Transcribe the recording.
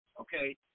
okay